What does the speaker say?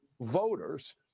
voters